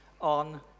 on